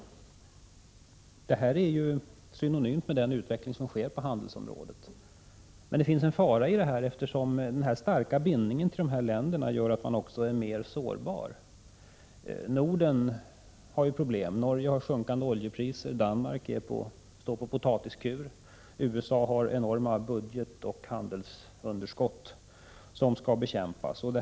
Det här är synonymt med utvecklingen på handelsområdet. Det ligger emellertid en fara i detta — den starka bindningen till dessa länder gör att man är mer sårbar. Norden har ju problem: Norge har sjunkande oljepriser, Danmark står på potatiskur. USA har enorma budgetoch handelsunderskott som skall bekämpas.